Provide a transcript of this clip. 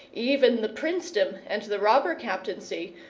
even the princedom and the robber captaincy,